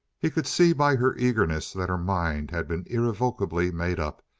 he could see by her eagerness that her mind had been irrevocably made up,